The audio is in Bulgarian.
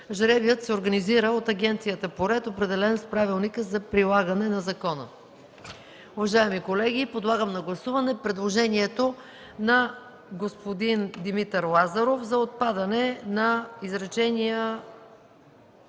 Жребият се организира от агенцията по ред, определен с правилника за прилагане на закона.”. Уважаеми колеги, подлагам на гласуване предложението на господин Димитър Лазаров за отпадане на трето и